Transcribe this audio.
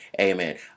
amen